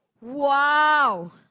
wow